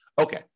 Okay